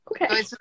Okay